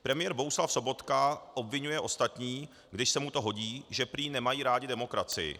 Premiér Bohuslav Sobotka obviňuje ostatní, když se mu to hodí, že prý nemají rádi demokracii.